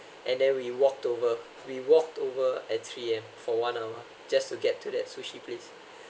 and then we walked over we walked over at three A_M for one hour just to get to that sushi place